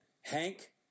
Hank